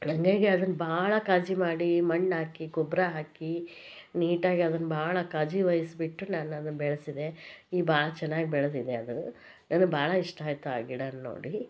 ಹಾಗಾಗಿ ಅದನ್ನು ಭಾಳ ಕಾಳಜಿ ಮಾಡಿ ಮಣ್ಣಾಕಿ ಗೊಬ್ಬರ ಹಾಕಿ ನೀಟಾಗಿ ಅದನ್ನು ಭಾಳ ಕಾಲಜಿ ವಹಿಸ್ಬಿಟ್ಟು ನಾನು ಅದನ್ನು ಬೆಳೆಸಿದೆ ಈಗ ಭಾಳ ಚೆನ್ನಾಗ್ ಬೆಳೆದಿದೆ ಅದು ನನಗೆ ಭಾಳ ಇಷ್ಟ ಆಯಿತು ಆ ಗಿಡಾನ ನೋಡಿ